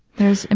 there's, ah